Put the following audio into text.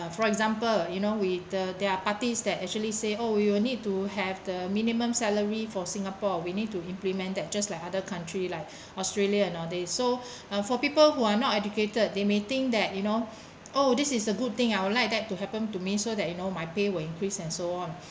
uh for example you know with the there are parties that actually say oh you will need to have the minimum salary for singapore we need to implement that just like other country like australia and all these so and for people who are not educated they may think that you know oh this is a good thing I would like that to happen to me so that you know my pay will increase and so on